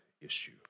issue